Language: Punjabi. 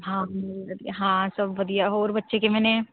ਹਾਂ ਮੈਂ ਵਧੀਆ ਹਾਂ ਸਭ ਵਧੀਆ ਹੋਰ ਬੱਚੇ ਕਿਵੇਂ ਨੇ